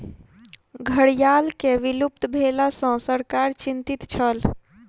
घड़ियाल के विलुप्त भेला सॅ सरकार चिंतित छल